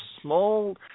small